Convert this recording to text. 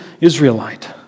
Israelite